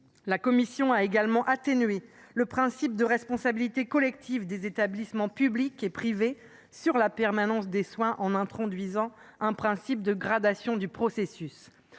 La commission a également atténué le principe de responsabilité collective des établissements publics et privés sur la permanence des soins, en introduisant un principe de gradation du processus.